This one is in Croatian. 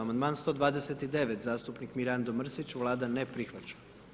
Amandman 129., zastupnik Mirando Mrsić, Vlada ne prihvaća.